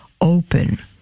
open